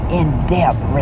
in-depth